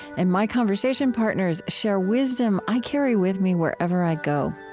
and my conversation partners share wisdom i carry with me wherever i go.